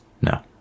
No